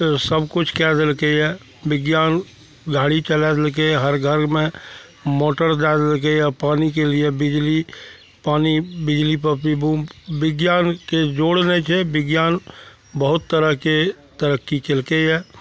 सबकिछु कै देलकै यऽ विज्ञान गाड़ी चलै देलकै यऽ हर घरमे मोटर दै देलकै यऽ पानीके लिए बिजली पानी बिजलीपर पिबू विज्ञानके जोड़ नहि छै विज्ञान बहुत तरहके तरक्की केलकै यऽ